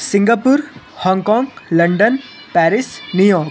Singapore Hong Kong London Paris New York